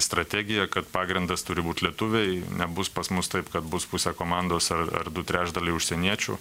strategiją kad pagrindas turi būt lietuviai nebus pas mus taip kad bus pusė komandos ar du trečdaliai užsieniečių